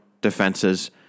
defenses